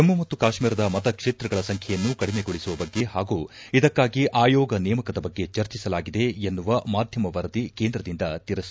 ಜಮ್ನು ಮತ್ತು ಕಾಶ್ಮೀರದಲ್ಲಿ ಮತಕ್ಷೇತ್ರಗಳ ಸಂಖ್ಯೆಯನ್ನು ಕಡಿಮೆಗೊಳಿಸುವ ಬಗ್ಗೆ ಹಾಗೂ ಇದಕ್ಕಾಗಿ ಆಯೋಗ ನೇಮಕದ ಬಗ್ಗೆ ಚರ್ಚಿಸಲಾಗಿದೆ ಎನ್ನುವ ಮಾಧ್ಯಮ ವರದಿ ಕೇಂದ್ರದಿಂದ ತಿರಸ್ಟತ